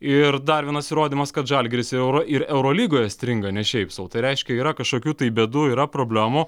ir dar vienas įrodymas kad žalgiris euro ir eurolygoje stringa ne šiaip sau tai reiškia yra kažkokių tai bėdų yra problemų